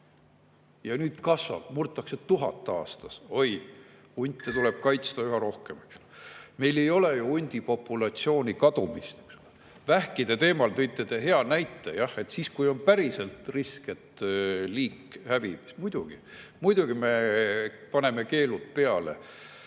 Ja nüüd see kasvab, murtakse 1000 [lammast] aastas. Oi, hunte tuleb kaitsta üha rohkem! Meil ei ole ju hundipopulatsiooni kadumist. Vähkide teemal tõite te hea näite, et kui on päriselt risk, et liik hävib, siis muidugi me paneme keelud peale.